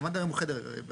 הממ"ד היום הוא חדר בדירה.